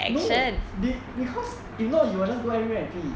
no be because if not he will just go anywhere and pee